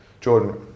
Jordan